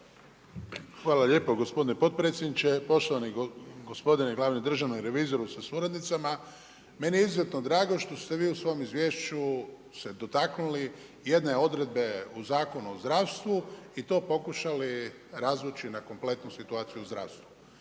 Hvala lijepa gospodine potpredsjedniče. Poštovani gospodine glavni državni revizoru sa suradnicama, meni je izuzetno drago što ste vi u svom izvješću se dotaknuli jedne odredbe u Zakonu o zdravstvu i to pokušali razvući na kompletnu situaciju u zdravstvu.